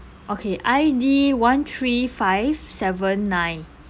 okay I_D one three five seven nine